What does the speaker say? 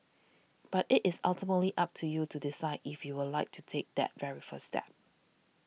but it is ultimately up to you to decide if you would like to take that very first step